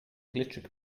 glitschig